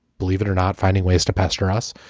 believe it or not, finding ways to pester us.